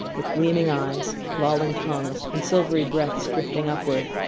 with gleaming eyes, lolling tongues, and silvery breaths drifting upward,